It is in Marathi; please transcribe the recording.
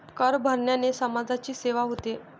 कर भरण्याने समाजाची सेवा होते